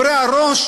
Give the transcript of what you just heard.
תודה רבה.